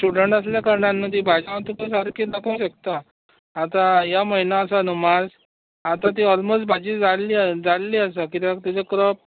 student आसल्या कारणाक न्हू ती भाजी हांव तुका सारकी दाखोवंक शकता आतां ह्या म्हयनो आसा न्हू मार्च आतां ती ओलमोस्ट भाजी जाल्ली जाल्ली आसा कित्याक तिचो क्रोप्स